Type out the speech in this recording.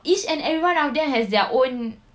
each and every one of them has their own